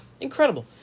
Incredible